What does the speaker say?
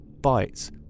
bites